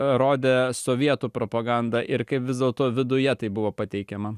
rodė sovietų propaganda ir kaip vis dėlto viduje tai buvo pateikiama